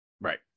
Right